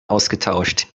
ausgetauscht